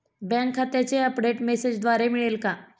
Bank खात्याचे update मेसेजद्वारे मिळेल का?